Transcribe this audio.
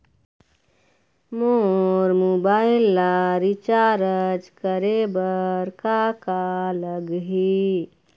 मोर mobile ला recharge करे बर का का लगही?